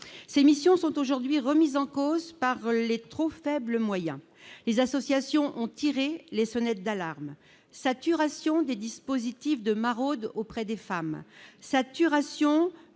ces missions sont aujourd'hui remises en cause par les trop faibles moyens, les associations ont tiré les sonnettes d'alarme, la saturation des dispositifs de maraude auprès des femmes, la saturation